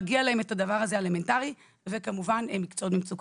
מגיע להם את הדבר הזה אלמנטרית וכמובן שאלו מקצועות במצוקה.